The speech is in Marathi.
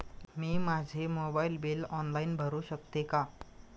मी माझे मोबाइल बिल ऑनलाइन भरू शकते का?